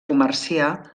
comerciar